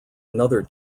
another